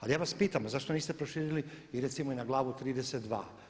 Ali ja vas pitam zašto niste proširili i recimo i na glavu 32.